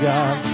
God